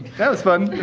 that was fun